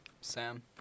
Sam